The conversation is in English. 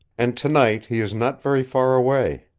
and tonight he is not very far away.